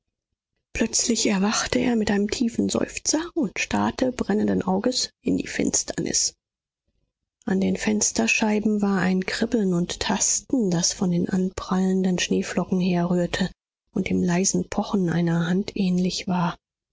plötzlich erwachte er mit einem tiefen seufzer und starrte brennenden auges in die finsternis an den fensterscheiben war ein kribbeln und tasten das von den anprallenden schneeflocken herrührte und dem leisen pochen einer hand ähnlich war